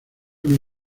una